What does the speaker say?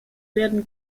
werden